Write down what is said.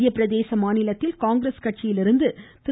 மத்திய பிரதேச மாநிலத்தில் காங்கிரஸ் கட்சியில் இருந்து திரு